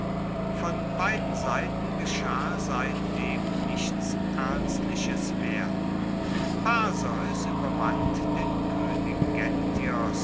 von beiden seiten geschah seitdem nichts ernstliches mehr perseus ueberwand den